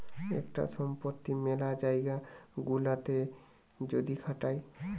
একটা সম্পত্তি মেলা জায়গা গুলাতে যদি খাটায়